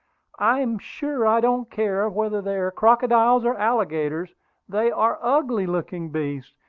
i am sure i don't care whether they are crocodiles or alligators they are ugly-looking beasts,